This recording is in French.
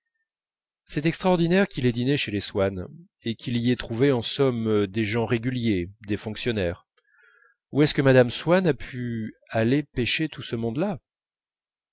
c'est extraordinaire qu'il ait dîné chez les swann et qu'il y ait trouvé en somme des gens réguliers des fonctionnaires où est-ce que mme swann a pu aller pêcher ce monde-là